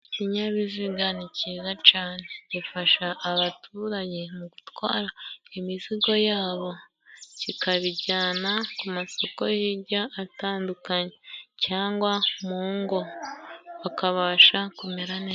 Ikinyabiziga ni ciza cane gifasha abaturage mu gutwara imizigo yabo, kikabijyana ku masoko hijya atandukanye cyangwa mu ngo bakabasha kumera neza.